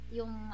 yung